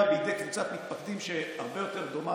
בידי קבוצת מתפקדים שהרבה יותר דומה,